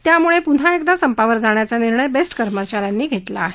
त्यामुळे पुन्हा क्रिदा संपावर जाण्याचा निर्णय बेस्ट कर्मचाऱ्यांनी घेतला आहे